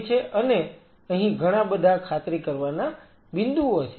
અને અહીં ઘણાબધા ખાતરી કરવાના બિંદુઓ છે